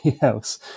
else